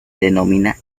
denomina